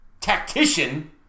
tactician